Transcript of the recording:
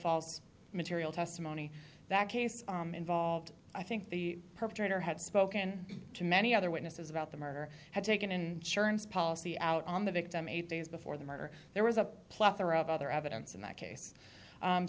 false material testimony that case involved i think the perpetrator had spoken to many other witnesses about the murder had taken in churns policy out on the victim eight days before the murder there was a plethora of other evidence in that case